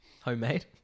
Homemade